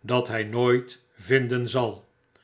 dat hy nooit vinden zal